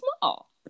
small